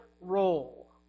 role